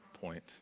point